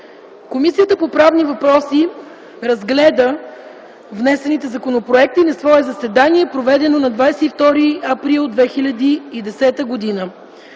„Комисията по правни въпроси разгледа внесените законопроекти на свое заседание, проведено на 22 април 2010 г.